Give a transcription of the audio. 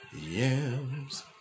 Yams